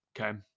Okay